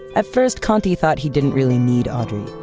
at first konti thought he didn't really need audrey,